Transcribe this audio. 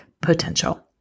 potential